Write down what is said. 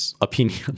opinion